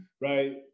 right